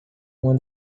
uma